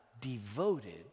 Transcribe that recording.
devoted